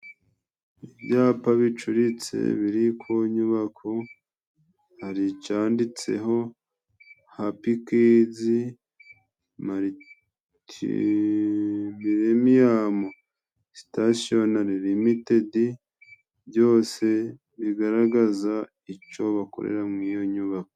Ibyapa bicuritse biri ku nyubako, hari icyanditseho HAPI KIZI MALIKINILIMIYAMU SITASIYONORI LIMITEDI, byose bigaragaza icyo bakorera mu iyo nyubako.